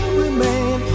remain